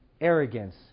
arrogance